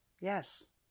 Yes